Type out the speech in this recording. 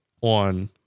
on